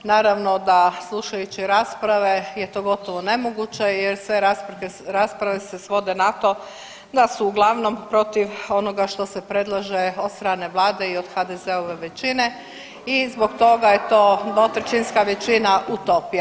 Naravno da slušajući rasprave je to gotovo nemoguće jer sve rasprave se svode na to da su uglavnom protiv onoga što se predlaže od strane Vlade i od HDZ-ove većine i zbog toga je to dvotrećinska većina ... [[Upadica se ne čuje.]] većina utopija.